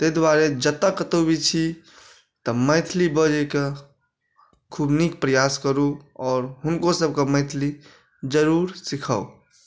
ताहि दुआरे जतए कतौ भी छी तऽ मैथिलि बजै कऽ खूब नीक प्रयास करू आओर हुनको सबके मैथिलि जरूर सिखाउ